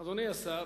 אדוני השר,